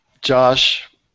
Josh